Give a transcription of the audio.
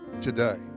today